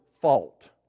fault